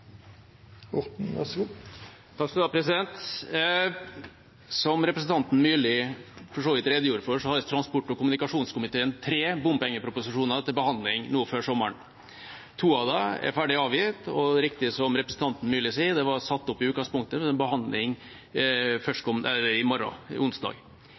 Myrli for så vidt redegjorde for, har transport- og kommunikasjonskomiteen tre bompengeproposisjoner til behandling nå før sommeren. To av dem er ferdig avgitt, og det er riktig som representanten Myrli sier, at de i utgangspunktet var satt opp til behandling i morgen, onsdag.